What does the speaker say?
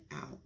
out